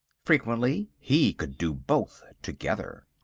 frequently he could do both together.